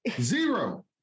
Zero